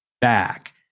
back